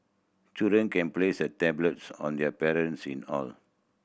children can place a tablets on their parents in hall